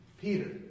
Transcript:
Peter